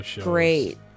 great